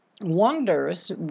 wonders